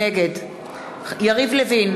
נגד יריב לוין,